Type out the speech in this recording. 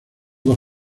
dos